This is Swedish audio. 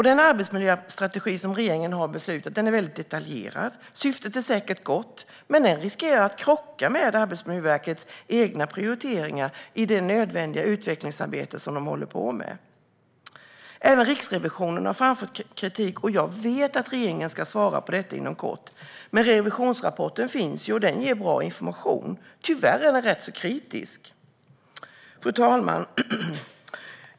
Den arbetsmiljöstrategi som regeringen har beslutat är detaljerad. Syftet är säkert gott, men den riskerar att krocka med Arbetsmiljöverkets egna prioriteringar i det nödvändiga utvecklingsarbete som verket håller på med. Även Riksrevisionen har framfört kritik. Jag vet att regeringen ska svara på den inom kort, men revisionsrapporten finns och ger bra information. Tyvärr är den rätt kritisk. Fru talman!